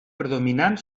predominant